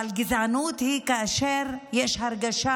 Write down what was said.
אבל גזענות היא כאשר יש הרגשה